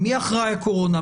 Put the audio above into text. מי אחראי הקורונה?